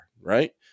right